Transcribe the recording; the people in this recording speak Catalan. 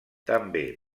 també